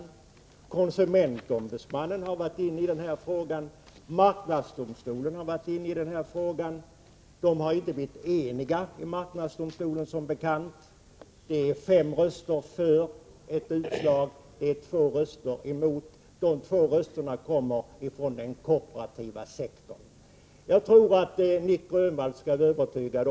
Konsumentombudsmannen har varit inblandad, liksom marknadsdomstolen. De har som bekant inte blivit eniga i marknadsdomstolen. Det var fem röster för ett utslag och två röster emot. De två rösterna kommer från den kooperativa sektorn. Jag tycker att Nic Grönvall skall vara övertygad om följande.